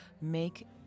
make